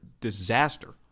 disaster